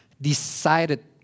decided